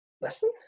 lesson